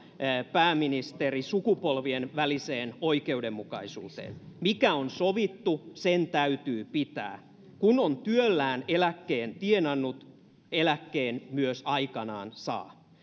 pääministeri sukupolvien väliseen oikeudenmukaisuuteen mikä on sovittu sen täytyy pitää kun on työllään eläkkeen tienannut eläkkeen myös aikanaan saa